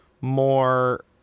more